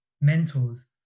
mentors